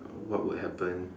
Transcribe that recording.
what would happen